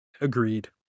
Agreed